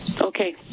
Okay